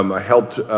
um i helped